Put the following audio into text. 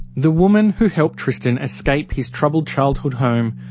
the woman who helped tristan escape his troubled childhood home,